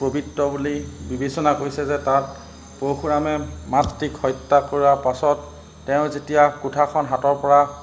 পবিত্ৰ বুলি বিবেচনা হৈছে যে তাত পশুৰামে মাতৃক হত্যা কৰাৰ পাছত তেওঁ যেতিয়া কোঠাখন হাতৰপৰা